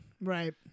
Right